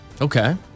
Okay